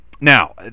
Now